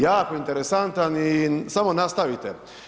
Jako interesantan, i samo nastavite.